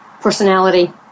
personality